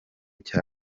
cya